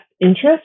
interest